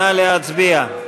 נא להצביע.